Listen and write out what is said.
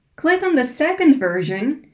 click on the second version,